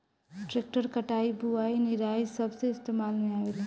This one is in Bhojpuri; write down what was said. ट्रेक्टर कटाई, बुवाई, निराई सब मे इस्तेमाल में आवेला